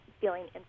feeling